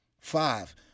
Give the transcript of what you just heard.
Five